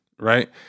Right